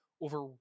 over